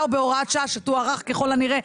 הוא בהוראת שעה שתוארך ככל הנראה,